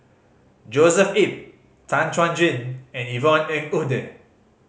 Joshua Ip Tan Chuan Jin and Yvonne Ng Uhde